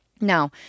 Now